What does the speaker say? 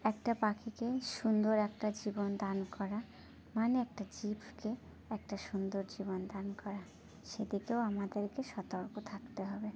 একটা পাখিকে সুন্দর একটা জীবন দান করা মানে একটা জীবকে একটা সুন্দর জীবন দান করা সে দিকেও আমাদেরকে সতর্ক থাকতে হবে